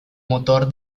motor